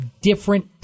different